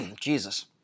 Jesus